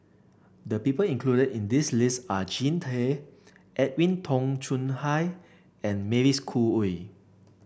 the people included in this list are Jean Tay Edwin Tong Chun Fai and Mavis Khoo Oei